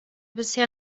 bisher